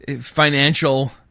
financial